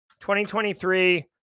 2023